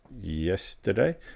yesterday